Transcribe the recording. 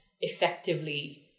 effectively